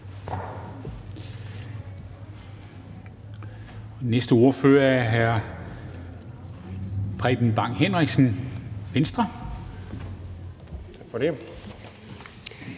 næste ordfører er hr. Preben Bang Henriksen, Venstre. Kl.